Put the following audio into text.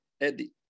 Eddie